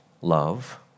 love